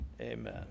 Amen